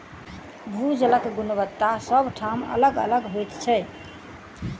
भू जलक गुणवत्ता सभ ठाम अलग अलग होइत छै